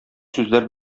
сүзләр